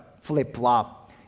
flip-flop